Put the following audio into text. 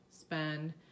spend